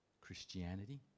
Christianity